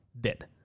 dead